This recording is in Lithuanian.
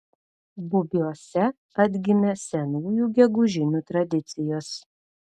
bubiuose atgimė senųjų gegužinių tradicijos